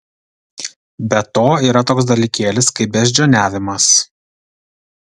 be to yra toks dalykėlis kaip beždžioniavimas